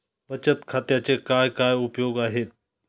बचत खात्याचे काय काय उपयोग आहेत?